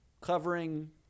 Covering